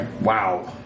Wow